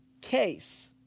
case